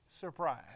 surprise